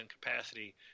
capacity